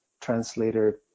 translator